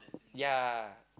ya